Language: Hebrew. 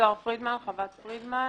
זהר פרידמן מחוות פרידמן.